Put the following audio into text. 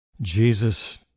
Jesus